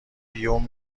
بیوم